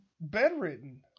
bedridden